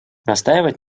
настаивать